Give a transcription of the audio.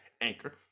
Anchor